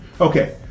Okay